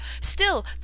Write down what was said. Still